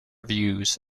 views